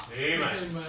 Amen